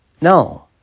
No